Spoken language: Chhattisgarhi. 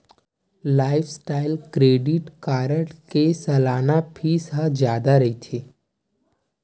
लाईफस्टाइल क्रेडिट कारड के सलाना फीस ह जादा रहिथे